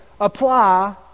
apply